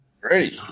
Great